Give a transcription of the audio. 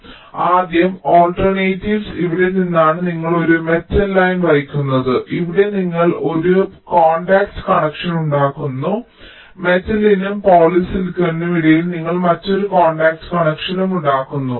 അതിനാൽ ആദ്യ ആൾട്ടർനേറ്റീവ്സ് ഇവിടെ നിന്നാണ് നിങ്ങൾ ഒരു മെറ്റൽ ലൈൻ വഹിക്കുന്നത് ഇവിടെ നിങ്ങൾ ഒരു കോൺടാക്റ്റ് കണക്ഷൻ ഉണ്ടാക്കുന്നു ഇവിടെ മെറ്റലിനും പോളിസിലിക്കോണിനും ഇടയിൽ നിങ്ങൾ മറ്റൊരു കോൺടാക്റ്റ് കണക്ഷൻ ഉണ്ടാക്കുന്നു